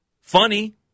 Funny